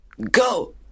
Go